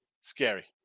Scary